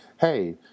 hey